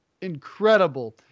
incredible